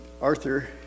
Arthur